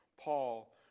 Paul